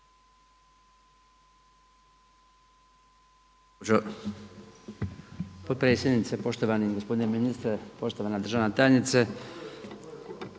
potpredsjednice, poštovani gospodine ministre, poštovana državna tajnice,